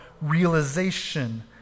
realization